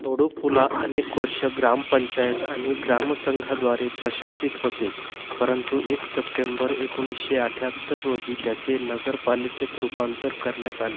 थोडुपुला अनेक वर्ष ग्रामपंचायत आणि ग्रामसंघाद्वारे प्रशासित होते परंतु एक सप्टेंबर एकोणिसशे अठ्याहत्तर रोजी त्याचे नगरपालिकेत रूपांतर करण्यात आले